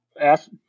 Ask